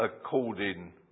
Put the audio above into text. according